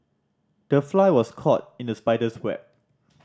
the fly was caught in the spider's web